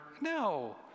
no